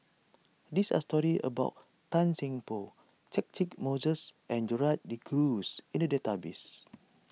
these are stories about Tan Seng Poh Catchick Moses and Gerald De Cruz in the database